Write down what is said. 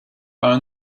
are